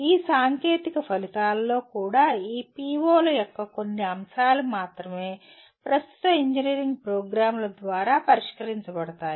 ఈ సాంకేతిక ఫలితాలలో కూడా ఈ PO ల యొక్క కొన్ని అంశాలు మాత్రమే ప్రస్తుత ఇంజనీరింగ్ ప్రోగ్రామ్ల ద్వారా పరిష్కరించబడతాయి